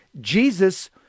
Jesus